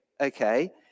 okay